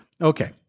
Okay